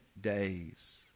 days